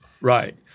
Right